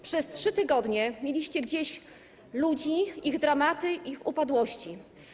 Przez 3 tygodnie mieliście gdzieś ludzi, ich dramaty, ich upadłości.